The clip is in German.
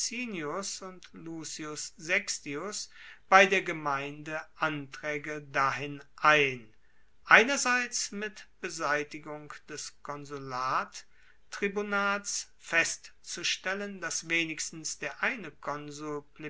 sextius bei der gemeinde antraege dahin ein einerseits mit beseitigung des konsulatribunats festzustellen dass wenigstens der eine konsul